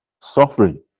Suffering